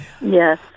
Yes